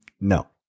No